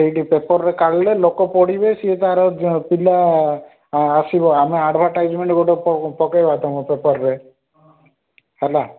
ସେଇଠି ପେପର୍ ରେ କାଢ଼ିଲେ ଲୋକ ପଢ଼ିବେ ସିଏ ତା ର ପିଲା ଅଁ ଆସିବ ଆମେ ଆଡଭର୍ଟାଇଜ୍ମେଣ୍ଟ ଗୋଟେ ପକେଇବା ତମ ପେପର୍ ରେ ହେଲା